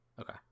Okay